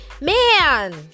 man